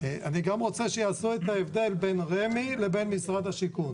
אני גם רוצה שיעשו את ההבדל בין רמ"י לבין משרד השיכון.